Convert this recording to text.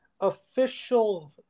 official